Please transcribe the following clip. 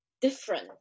different